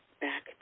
back